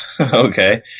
Okay